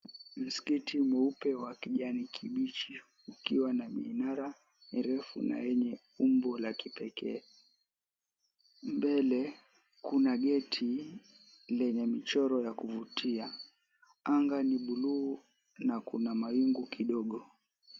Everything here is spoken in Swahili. Msikiti mweupe wa kijani kibichi ukiwa na minara mirefu na yenye umbo la kipekee. Mbele, kuna geti lenye michoro ya kuvutia. Anga ni buluu na kuna mawingu kidogo.